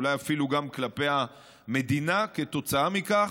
אולי אפילו גם כלפי המדינה כתוצאה מכך,